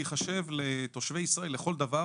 להיחשב לתושבי ישראל לכל דבר,